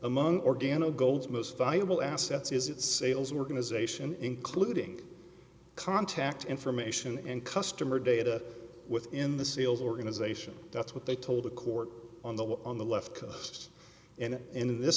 among organic gold's most valuable assets is its sales organization including contact information and customer data within the seals organization that's what they told the court on the on the left coast and in this